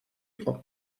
იყო